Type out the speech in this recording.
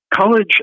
college